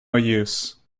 use